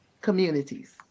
communities